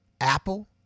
Apple